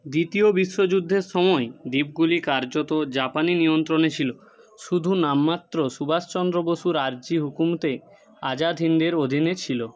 দ্বিতীয় বিশ্বযুদ্ধের সময় দ্বীপগুলি কার্যত জাপানি নিয়ন্ত্রণে ছিল শুধু নামমাত্র সুভাষ চন্দ্র বসুর আর্জি হুকুমতে আজাদ হিন্দের অধীনে ছিল